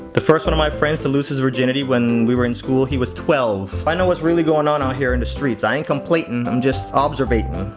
the first one of my friends to lose his virginity when we were in school, he was twelve. i know what's really going on out here in the streets, i ain't complating, i'm just observating.